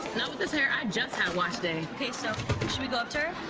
this hair. i just had wash day. okay, so should we go up to her?